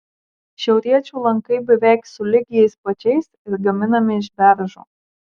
šiauriečių lankai beveik sulig jais pačiais ir gaminami iš beržo